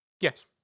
Yes